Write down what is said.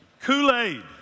Kool-Aid